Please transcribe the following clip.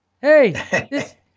hey